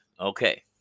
Okay